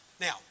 Now